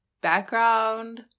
background